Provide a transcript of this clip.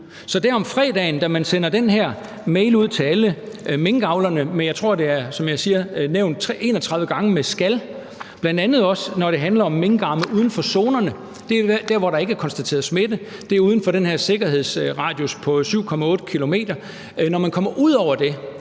Så om fredagen sender man den her mail ud til alle minkavlerne – og jeg tror, ordet skal er nævnt, som jeg siger, 31 gange, bl.a. også når det handler om minkfarme uden for zonerne; det er der, hvor der ikke er konstateret smitte; det er uden for den her sikkerhedsradius på 7,8 km. Når man kommer ud over den,